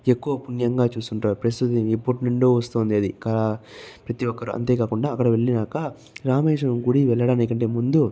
ఎక్కువ పుణ్యంగా చూస్తుంటారు ప్రస్తుత ఎప్పటి నుండో వస్తుంది అది కా ప్రతీ ఒక్కరూ అంతే కాకుండా అక్కడ వెళ్ళాక రామేశ్వరం గుడి వెళ్ళడానికి కంటే ముందు